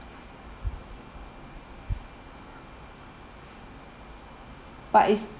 but